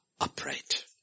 upright